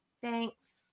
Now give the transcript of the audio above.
Thanks